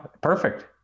Perfect